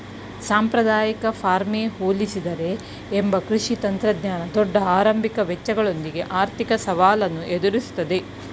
ಸಾಂಪ್ರದಾಯಿಕ ಫಾರ್ಮ್ಗೆ ಹೋಲಿಸಿದರೆ ಲಂಬ ಕೃಷಿ ತಂತ್ರಜ್ಞಾನ ದೊಡ್ಡ ಆರಂಭಿಕ ವೆಚ್ಚಗಳೊಂದಿಗೆ ಆರ್ಥಿಕ ಸವಾಲನ್ನು ಎದುರಿಸ್ತವೆ